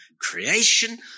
creation